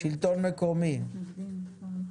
שלטון מקומי, בבקשה.